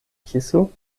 kisu